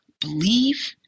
Believe